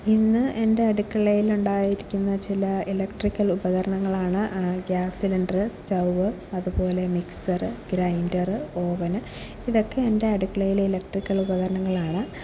ഇന്ന് എൻ്റെ അടുക്കളയിലുണ്ടായിരിക്കുന്ന ചില ഇലക്ട്രിക്കൽ ഉപകരണങ്ങളാണ് ഗ്യാസ് സിലിണ്ടർ സ്റ്റവ് അതുപോലെ മിക്സ്ർ ഗ്രൈൻ്റർ ഓവൻ ഇതൊക്കെ എൻ്റെ അടുക്കളയിലെ ഇലക്ട്രിക്കൽ ഉപകരണങ്ങളാണ്